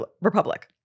Republic